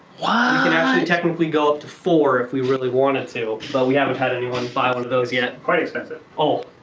can actually technically go up to four if we really wanted to but we haven't had anyone buy one of those yet. quite expensive. oh,